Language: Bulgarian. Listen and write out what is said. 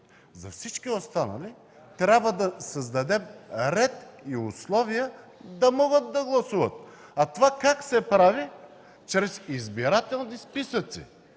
За всички останали трябва да създадем ред и условия да могат да гласуват. А това как се прави? Чрез избирателни списъци